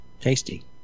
Tasty